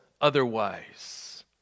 otherwise